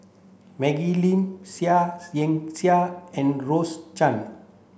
Maggie Lim Seah Liang Seah and Rose Chan